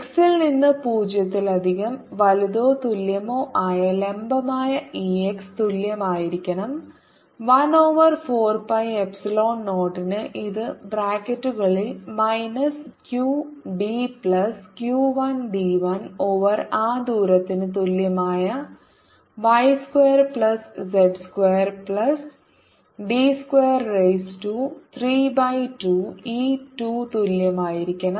x ൽ നിന്ന് 0 ലധികം വലുതോ തുല്യമോ ആയ ലംബമായ E x തുല്യമായിരിക്കണം 1 ഓവർ 4 പൈ എപ്സിലോൺ 0 ന് ഇത് ബ്രാക്കറ്റുകളിൽ minus q d plus q 1 d 1 over ആ ദൂരത്തിന് തുല്യമായ y square plus z square plus D square raise to 3 by 2 ഈ 2 തുല്യമായിരിക്കണം